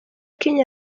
kenya